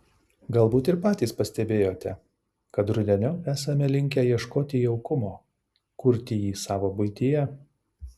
galbūt ir patys pastebėjote kad rudeniop esame linkę ieškoti jaukumo kurti jį savo buityje